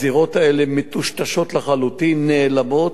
הזירות האלה מטושטשות לחלוטין, נעלמות,